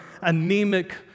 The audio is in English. anemic